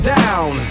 down